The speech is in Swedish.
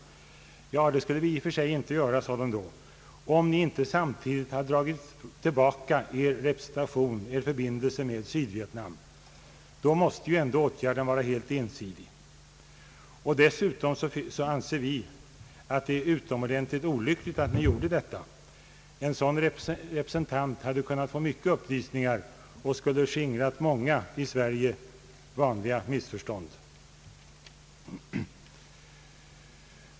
De svarade, att det i och för sig inte skulle betraktats så, om Sverige inte samtidigt hade dragit tillbaka sin representation i Sydvietnam. De ansåg att åtgärden då måste bedömas som ensidig. Dessutom ansågs det utomordentligt olyckligt att förbindelsen med Sydvietnam avbrutits. En representant där hade kunnat få många upplysningar och skulle ha kunnat skingra många i Sverige vanliga missförstånd.